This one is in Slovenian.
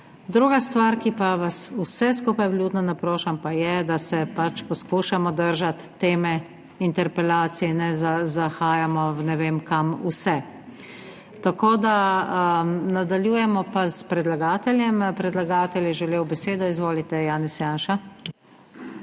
Druga stvar, kar pa vas vse skupaj vljudno naprošam, pa je, da se pač poskušamo držati teme interpelacije. Ne zahajajmo ne vem kam vse. Nadaljujemo pa s predlagateljem. Predlagatelj je želel besedo. Izvolite, Janez Janša.